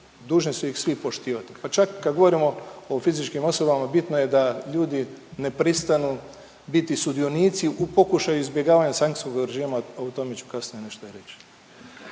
dužni su ih svi poštivati, pa čak i kad govorimo o fizičkim osobama bitno je da ljudi ne pristanu biti sudionici u pokušaju izbjegavanja sankcijskog režima, a tome ću kasnije nešto i reći.